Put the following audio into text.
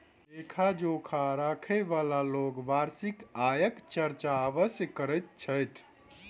लेखा जोखा राखयबाला लोक वार्षिक आयक चर्चा अवश्य करैत छथि